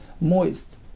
moist